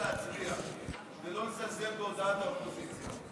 אתה צריך להישאר ולהצביע ולא לזלזל בהודעת האופוזיציה.